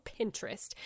Pinterest